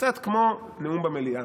קצת כמו נאומים במליאה,